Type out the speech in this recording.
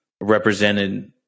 represented